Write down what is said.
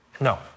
No